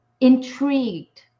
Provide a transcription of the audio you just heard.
intrigued